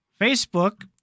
Facebook